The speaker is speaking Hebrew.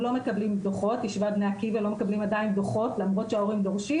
לא מקבלים דוחות למרות שההורים דורשים.